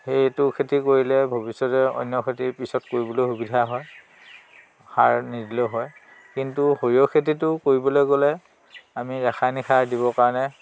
এইটো খেতি কৰিলে ভৱিষ্যতেও অন্য খেতি পিছত কৰিবলৈ সুবিধা হয় সাৰ নিদিলেও হয় কিন্তু সৰিয়হ খেতিটো কৰিবলৈ গ'লে আমি ৰাসায়নিক সাৰ দিবৰ কাৰণে